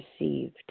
received